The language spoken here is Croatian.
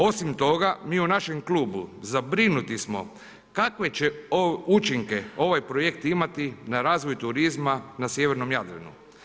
Osim toga, mi u našem klubu, zabrinuti smo kakve će učinke ovaj projekt imati na razvoj turizma na sjevernom Jadranu.